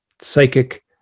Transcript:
psychic